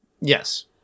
Yes